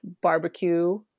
barbecue